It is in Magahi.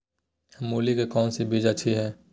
मूली में कौन सी बीज अच्छी है?